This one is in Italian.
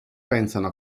pensano